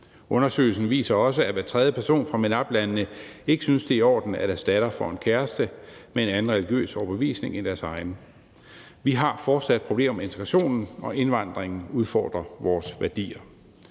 Undersøgelsen viser også, at hver tredje person fra MENAPT-landene ikke synes, det er i orden, at deres datter får en kæreste med en anden religiøs overbevisning end deres egen. Vi har fortsat problemer med integrationen, og indvandringen udfordrer vores værdier.